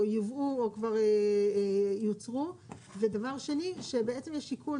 או יובאו או כבר יוצרו ודבר שני שבעצם יש שיקול